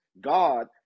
god